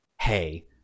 hey